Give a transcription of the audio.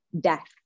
death